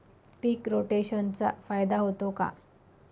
पीक रोटेशनचा फायदा होतो का?